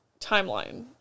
timeline